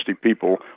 people